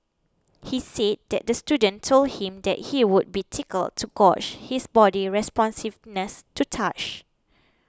he said that the student told him that he would be tickled to gauge his body's responsiveness to touch